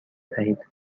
دهید